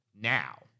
now